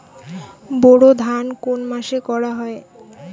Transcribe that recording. বোরো ধান কোন মাসে করা হয়?